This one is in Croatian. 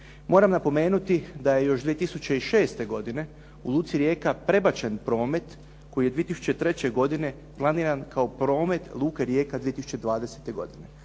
Moram napomenuti da je još 2006. godine u luci Rijeka prebačen promet koji je 2003. godine planiran kao promet luke Rijeka 2020. godine.